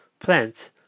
plants